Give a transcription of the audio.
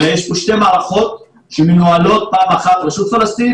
אלא יש פה שתי מערכות שמנוהלות: פעם אחת רשות הפלסטינית,